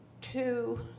two